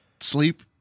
Sleep